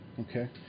Okay